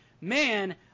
man